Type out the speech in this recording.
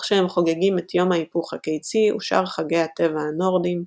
תוך שהם חוגגים את יום ההיפוך הקיצי ושאר חגי הטבע הנורדים,